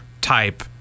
type